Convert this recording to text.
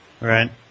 right